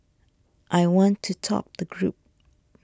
I want to top the group